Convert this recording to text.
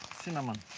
cinnamon?